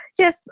Yes